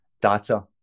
data